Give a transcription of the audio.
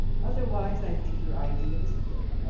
otherwise i think your idea is good.